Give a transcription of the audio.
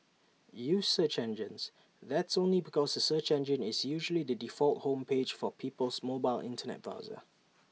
use search engines that's only because A search engine is usually the default home page for people's mobile Internet browser